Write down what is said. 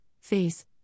FACE